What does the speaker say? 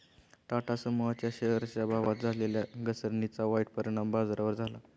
टाटा समूहाच्या शेअरच्या भावात झालेल्या घसरणीचा वाईट परिणाम बाजारावर झाला